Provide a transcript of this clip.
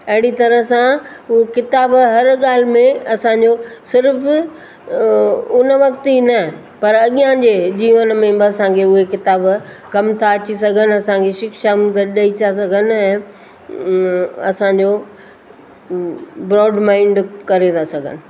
अहिड़ी तरह सां उहे किताब हर ॻाल्हि में असांजो सिर्फ़ु उन वक़्तु ई न पर अॻियां जे जीवन में बि असांखे उहे किताब कमु था अची सघनि असांखे शिक्षाऊं पिणु ॾेई सघनि ऐं असांजो ब्रोड माइंड करे था सघनि